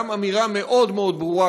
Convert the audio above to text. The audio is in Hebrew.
גם אמירה מאוד מאוד ברורה,